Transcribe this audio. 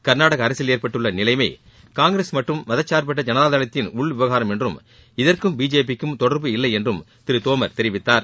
கா்நாடக அரசில் ஏற்பட்டுள்ள நிலைமை காங்கிரஸ் மற்றும் மதசா்பற்ற ஜனதாதளத்தின் உள்விவனரம் என்றும் இதற்கும் பிஜேபி க்கும் தொடர்பு இல்லை என்றும் திரு தோமர் தெரிவித்தார்